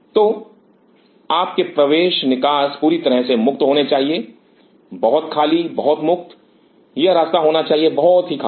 तो आपके प्रवेश निकास पूरी तरह से मुक्त होने चाहिए बहुत खाली बहुत मुक्त यह रास्ता होना चाहिए बहुत ही खाली